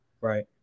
Right